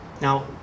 Now